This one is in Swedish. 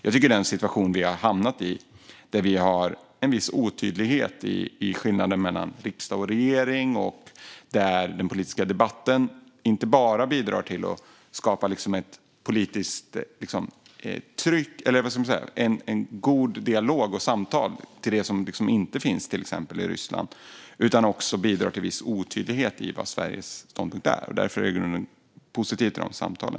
Jag tycker att vi har hamnat i en situation där det finns en viss otydlighet i vad skillnaden mellan riksdag och regering är. Den politiska debatten bidrar inte bara till att skapa en god dialog och ett samtal, som till exempel inte finns i Ryssland, utan den bidrar också till viss otydlighet om vad Sveriges ståndpunkt är. Därför är jag i grunden positiv till dessa samtal.